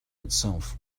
itself